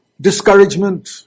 discouragement